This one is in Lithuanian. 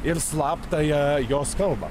ir slaptąją jos kalbą